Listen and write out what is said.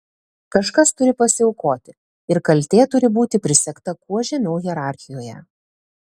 kažkas turi pasiaukoti ir kaltė turi būti prisegta kuo žemiau hierarchijoje